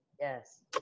yes